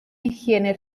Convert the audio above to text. higiene